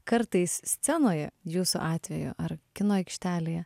kartais scenoje jūsų atveju ar kino aikštelėje